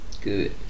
Good